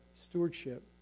stewardship